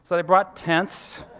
so they brought tents,